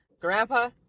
grandpa